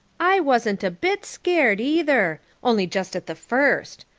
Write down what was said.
i wasn't a bit scared either. only just at the first.